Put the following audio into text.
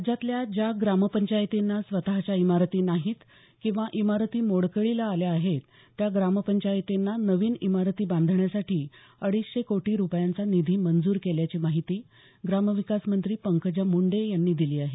राज्यातल्या ज्या ग्रामपंचायतींना स्वतच्या इमारती नाहीत किंवा इमारती मोडकळीला आल्या आहेत त्या ग्रामपंचायतींना नवीन इमारती बांधण्यासाठी अडीचशे कोटी रुपयांचा निधी मंजूर केल्याची माहिती ग्रामविकास मंत्री पंकजा मुंडे यांनी दिली आहे